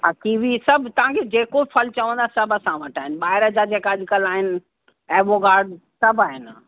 हा कीवी सभु तव्हांखे जेको फल चवंदा सभु असां वटि आहिनि ॿाहिरि जा जेका अॼुकल्ह आहिनि एवोका सभु आहिनि